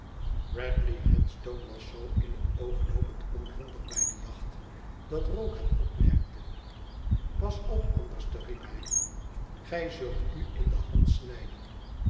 bradley headstone was zoo in het oog loopend onhandig bij die jacht dat rogue het opmerkte pas op anderstel riep hij t gij zult u in de hand snijden